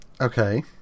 Okay